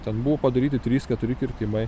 ten buvo padaryti trys keturi kirtimai